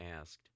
asked